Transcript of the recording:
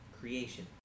creation